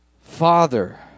Father